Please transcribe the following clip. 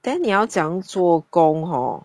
then 你要怎样作工 hor